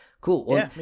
cool